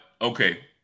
okay